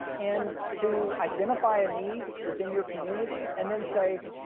and to identify a need within your community and then say,